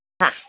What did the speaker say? હા